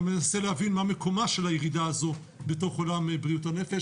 גם ננסה להבין מה מקומה של הירידה הזו בתוך עולם בריאות הנפש.